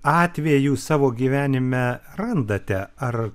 atvejų savo gyvenime randate ar